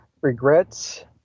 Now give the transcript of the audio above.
regrets